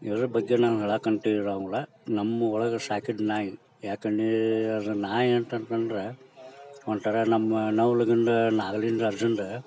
ಇದ್ರ ಬಗ್ಗೆ ನಾವು ಹೇಳೋಕಂತೂ ಏನೂ ಇಲ್ಲ ನಮ್ಮ ಒಳಗೆ ಸಾಕಿದ ನಾಯಿ ಯಾಕಂದ್ರೆ ಅದು ನಾಯಿ ಅಂತ ಅಂದ್ಕೊಂಡ್ರು ಒಂಥರ ನಮ್ಮ ಮನೆ ಒಳಗಿಂದ ನಾಗಲಿಂಗ ಅಜ್ಜಂದು